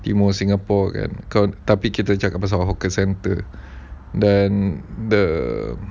timur singapore kan kalau tapi kita cakap pasal hawker centre dan the